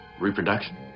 reproduction